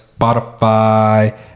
Spotify